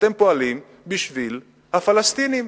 אתם פועלים בשביל הפלסטינים.